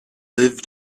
live